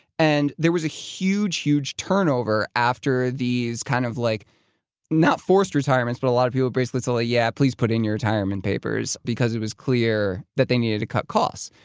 and there was a huge, huge turnover after these kind of like not forced retirements but a lot of people basically said, so ah yeah, please put in your retirement papers because it was clear that they needed to cut costs.